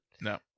No